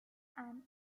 and